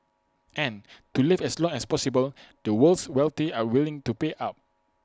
and to live as long as possible the world's wealthy are willing to pay up